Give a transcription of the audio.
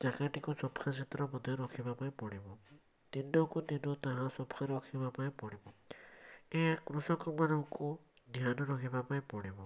ଜାଗାଟିକୁ ସଫାସୁତୁରା ମଧ୍ୟ ରଖିବା ପାଇଁ ପଡ଼ିବ ଦିନକୁ ଦିନ ତାହା ସଫା ରଖିବାପାଇଁ ପଡ଼ିବ ଏହା କୃଷକମାନଙ୍କୁ ଧ୍ୟାନ ରହିବା ପାଇଁ ପଡ଼ିବ